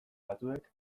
batzuek